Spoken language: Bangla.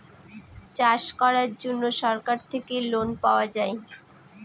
চাষ করার জন্য সরকার থেকে লোন পাওয়া যায়